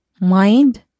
mind